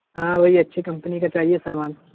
ہاں وہی اچھی کمپنی کا چاہیے سامان